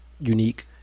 unique